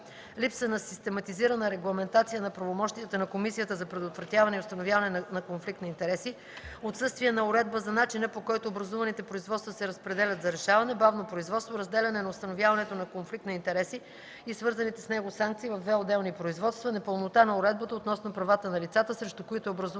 липса на систематизирана регламентация на правомощията на Комисията за предотвратяване и установяване на конфликт на интереси; отсъствие на уредба за начина, по който образуваните производства се разпределят за решаване; бавно производство; разделяне на установяването на конфликт на интереси и свързаните с него санкции в две отделни производства; непълнота на уредбата относно правата на лицата, срещу които е образувано производството;